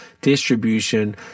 distribution